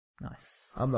Nice